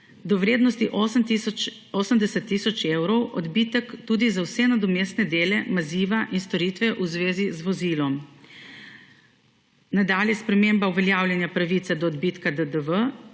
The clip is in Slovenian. do vrednosti 80 tisoč evrov, odbitek tudi za vse nadomestne dele, maziva in storitve v zvezi z vozilom. Nadalje sprememba uveljavljanja pravice do odbitka DDV